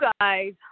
guys